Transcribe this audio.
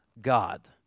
God